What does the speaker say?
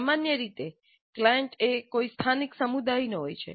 સામાન્ય રીતે ક્લાયંટ એ કોઈ સ્થાનિક સમુદાયનો હોય છે